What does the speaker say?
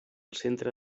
centre